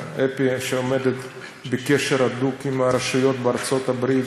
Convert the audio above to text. שעומדת בקשר הדוק עם הרשויות בארצות הברית,